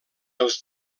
els